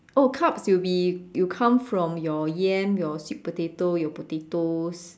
oh carbs will be you come from your yam your sweet potato your potatoes